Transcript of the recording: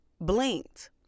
blinked